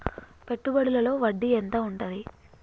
పెట్టుబడుల లో వడ్డీ ఎంత ఉంటది?